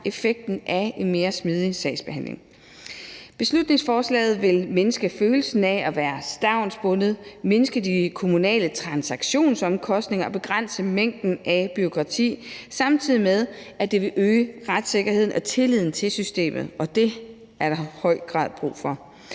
effekten af en mere smidig sagsbehandling. Beslutningsforslaget vil mindske følelsen af at være stavnsbundet, mindske de kommunale transaktionsomkostninger og begrænse mængden af bureaukrati, samtidig med at det vil øge retssikkerheden og tilliden til systemet, og det er der i høj grad brug for.